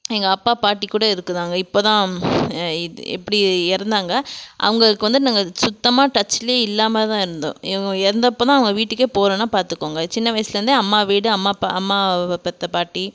எங்கள் அப்பா பாட்டி கூட இருக்கிறாங்க இப்போதான் எப்படி இறந்தாங்க அவங்களுக்கு வந்து நாங்கள் சுத்தமாக டச்சிலேயே இல்லாமல் தான் இருந்தோம் இவங்க இறந்தப்பதான் அவங்க வீட்டுக்கு போனோம்னா பார்த்துக்கோங்க சின்ன வயசுலேருந்தே அம்மா வீடு அம்மா அப்பா அம்மாவை பெற்ற பாட்டி